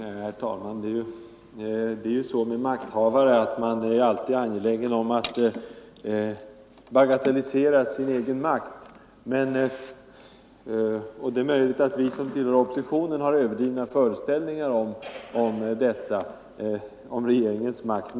Herr talman! Det är ju så med makthavare att de alltid är angelägna om att bagatellisera sin egen makt. Det är tänkbart att vi som tillhör oppositionen har överdrivna föreställningar om regeringens makt.